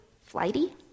flighty